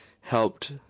helped